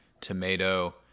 tomato